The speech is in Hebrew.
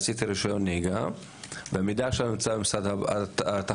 עשיתי רישיון נהיגה והמידע עכשיו נמצא במשרד התחבורה,